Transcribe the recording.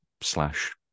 slash